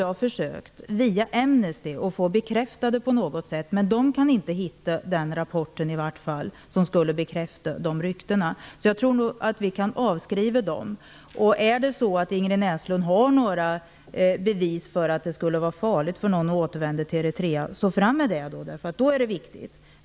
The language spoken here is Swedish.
Jag har via Amnesty försökt att få de ryktena bekräftade. De kan inte hitta den rapport som skulle bekräfta de ryktena, så jag tror nog att vi kan avskriva dem. Om Ingrid Näslund har bevis för att det skulle vara farligt för någon att återvända till Eritrea bör hon komma fram med dem, för då är det viktigt.